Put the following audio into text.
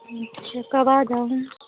अच्छा कब आ जाऊं मैं